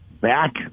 back